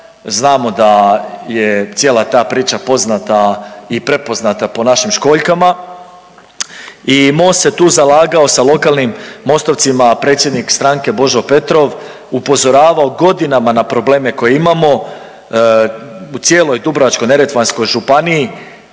Znamo da je cijela ta priča poznata i prepoznata po našim školjkama i MOST se tu zalagao sa lokalnim MOST-ovcima predsjednik stranke Božo Petrov upozoravao godinama na probleme koje imamo u cijeloj Dubrovačko-neretvanskoj županiji